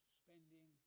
spending